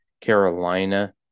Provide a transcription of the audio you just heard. Carolina